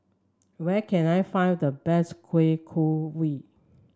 where can I find the best Kueh Kaswi